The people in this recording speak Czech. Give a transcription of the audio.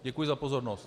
Děkuji za pozornost.